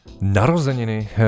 narozeniny